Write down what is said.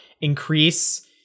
increase